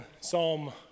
Psalm